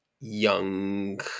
young